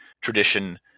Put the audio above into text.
tradition